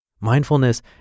Mindfulness